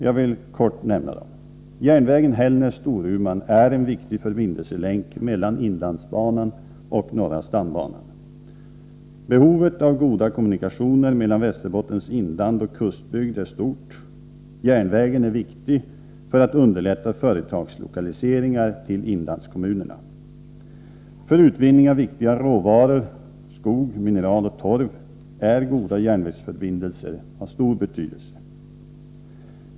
Jag vill kort nämna dem. Järnvägen Hällnäs-Storuman är en viktig förbindelselänk mellan inlandsbanan och norra stambanan. Behovet av goda kommunikationer mellan Västerbottens inland och kustbygd är stort. Järnvägen är viktig för att underlätta företagslokaliseringar till inlandskommunerna. För utvinning av viktiga råvaror som skog, mineral och torv är goda järnvägsförbindelser av stor betydelse.